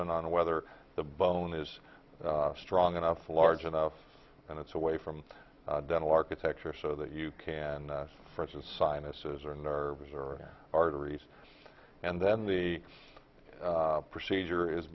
assessment on whether the bone is strong enough large enough and it's away from the dental architecture so that you can see for instance sinuses are nervous or arteries and then the procedure is